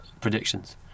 predictions